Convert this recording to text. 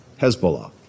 Hezbollah